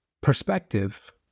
perspective